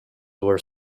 were